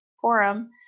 Forum